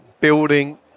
building